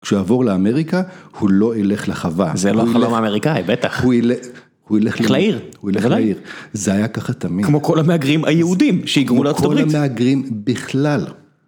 כשהוא יעבור לאמריקה הוא לא ילך לחווה, זה לא החלום אמריקאי, בטח, הוא ילך לעיר, הוא ילך לעיר, זה היה ככה תמיד, כמו כל המהגרים היהודים שהגרו לארצות הברית, כמו כל המהגרים בכלל.